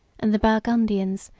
and the burgundians,